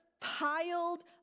piled